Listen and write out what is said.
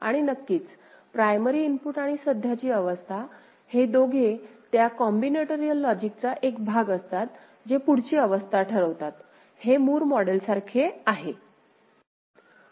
आणि नक्कीच primary input आणि सध्याची अवस्था हे दोघे त्या कॉम्बिनेटोरिअल लॉजिकचा एक भाग असतात जे पुढची अवस्था ठरवतात हे मूर मॉडेलसारखे आहे